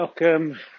Welcome